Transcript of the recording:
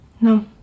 No